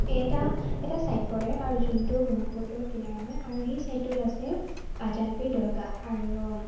এটা এটা ছাইড পৰে আৰু যোনটো ব্ৰহ্মপুত্ৰৰ কিনাৰ হয় আৰু সেই ছাইটটোত আছে আজানপীৰ দৰগাহ আৰু